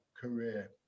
career